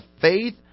faith